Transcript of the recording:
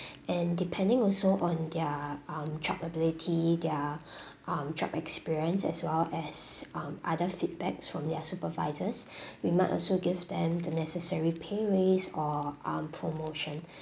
and depending also on their um job ability their um job experience as well as um other feedbacks from their supervisors we might also give them the necessary pay raise or um promotion